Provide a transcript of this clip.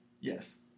Yes